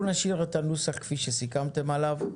אנחנו נשאיר את הנוסח כפי שסיכמתם עליו.